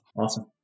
Awesome